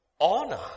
honor